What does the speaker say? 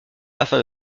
afin